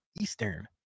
Eastern